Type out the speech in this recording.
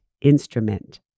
instrument